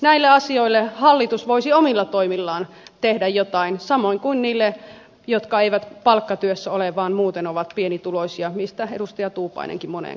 näille asioille hallitus voisi omilla toimillaan tehdä jotain samoin kuin niille jotka eivät palkkatyössä ole vaan muuten ovat pienituloisia mistä edustaja tuupainenkin moneen kertaan puhui